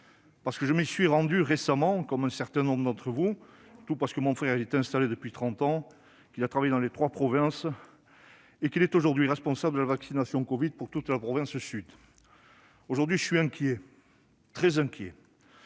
parce que je m'y suis rendu récemment, comme un certain nombre d'entre vous, parce que mon frère y est installé depuis trente ans- il a travaillé dans les trois provinces et se trouve aujourd'hui responsable de la vaccination anti-covid pour toute la province Sud. Aujourd'hui, je suis inquiet. Très inquiet.